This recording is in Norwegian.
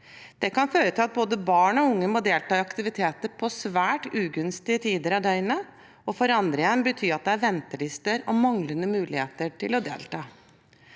Det kan føre til at både barn og unge må delta i aktiviteter på svært ugunstige tider av døgnet, og for andre igjen kan det bety at det er ventelister og manglende muligheter til å delta.